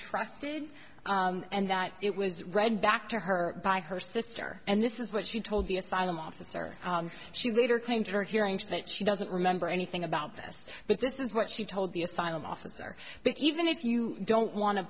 trusted and that it was read back to her by her sister and this is what she told the asylum officer she later claimed her hearing so that she doesn't remember anything about this but this is what she told the asylum officer but even if you don't wan